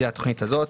זה התוכנית הזאת.